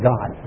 God